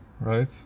right